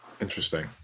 Interesting